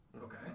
Okay